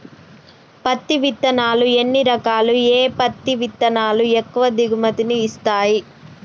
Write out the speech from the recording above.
పత్తి విత్తనాలు ఎన్ని రకాలు, ఏ పత్తి విత్తనాలు ఎక్కువ దిగుమతి ని ఇస్తాయి?